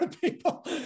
people